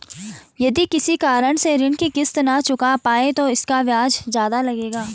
यदि किसी कारण से ऋण की किश्त न चुका पाये तो इसका ब्याज ज़्यादा लगेगा?